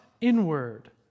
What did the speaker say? inward